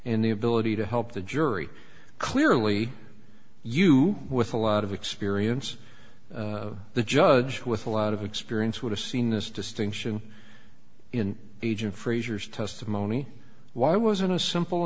and the ability to help the jury clearly you with a lot of experience the judge with a lot of experience would have seen this distinction in agent frazier's testimony why wasn't a simple